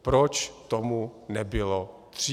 Proč tomu nebylo dřív?